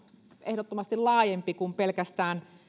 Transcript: ehdottomasti laajempi kuin pelkästään